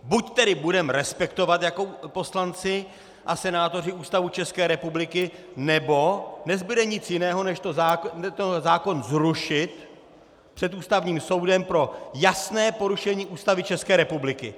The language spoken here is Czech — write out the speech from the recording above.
Buď tedy budeme respektovat jako poslanci a senátoři Ústavu České republiky, nebo nezbude nic jiného než zákon zrušit před Ústavním soudem pro jasné porušení Ústavy České republiky.